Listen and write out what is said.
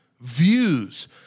views